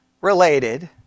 related